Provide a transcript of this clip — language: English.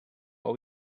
what